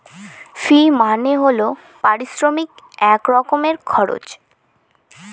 ফি মানে হল পারিশ্রমিক এক রকমের খরচ